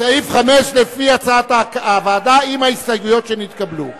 סעיף 5, לפי הצעת הוועדה, עם ההסתייגויות שנתקבלו.